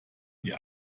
die